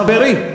חברי,